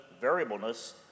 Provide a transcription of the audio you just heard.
variableness